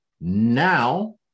now